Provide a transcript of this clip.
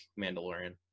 Mandalorian